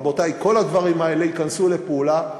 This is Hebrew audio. רבותי, כל הדברים האלה ייכנסו לפעולה.